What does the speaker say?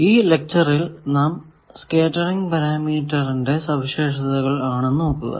ഈ ലെക്ച്ചറിൽ നാം സ്കേറ്ററിങ് പരാമീറ്ററിന്റെ സവിശേഷതകൾ ആണ് നോക്കുക